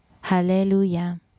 Hallelujah